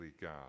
god